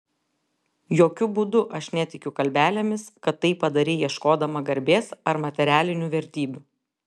jokiu būdu aš netikiu kalbelėmis kad tai padarei ieškodama garbės ar materialinių vertybių